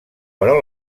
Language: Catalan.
però